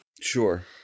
Sure